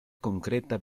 concreta